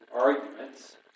arguments